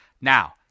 Now